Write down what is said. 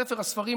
ספר הספרים,